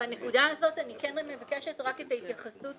בנקודה הזאת אני כן מבקשת רק את ההתייחסות